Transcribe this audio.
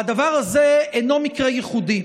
והדבר הזה אינו מקרה ייחודי.